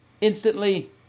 instantly